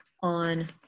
on